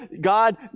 God